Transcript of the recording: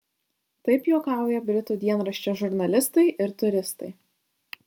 taip juokauja britų dienraščio žurnalistai ir turistai